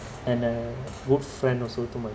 and a good friend also to my